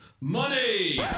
money